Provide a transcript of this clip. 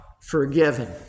forgiven